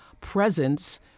presence